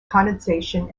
condensation